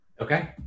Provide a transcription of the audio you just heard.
Okay